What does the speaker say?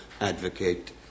advocate